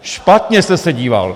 Špatně jste se díval.